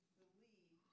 believe